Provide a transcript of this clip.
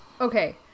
Okay